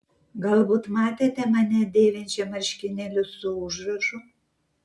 galbūt matėte mane dėvinčią marškinėlius su užrašu